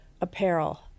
apparel